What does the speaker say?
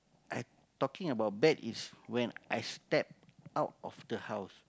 I talking about bad is when I step out of the house